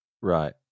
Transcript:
Right